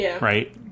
right